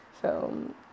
film